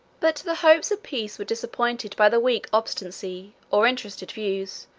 but the hopes of peace were disappointed by the weak obstinacy, or interested views,